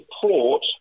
support